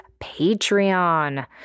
Patreon